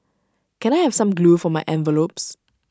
can I have some glue for my envelopes